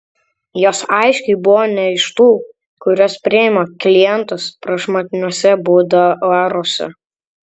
jos aiškiai buvo ne iš tų kurios priima klientus prašmatniuose buduaruose